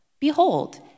behold